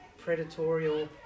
predatorial